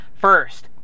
First